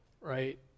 right